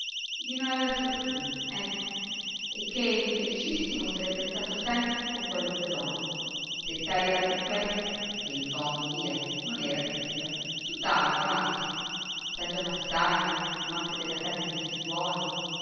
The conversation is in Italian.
di non aver fortuna ecco e che infelicissimo sarebbe stato sempre con qualunque donna se tale era con questa che in fondo via non era cattiva tutt'altro anzi saggia massaja amante della casa e dei figliuoli